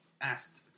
asked